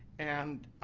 and